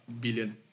billion